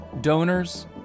donors